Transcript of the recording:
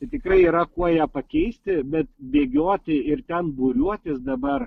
tai tikrai yra kuo ją pakeisti bet bėgioti ir ten būriuotis dabar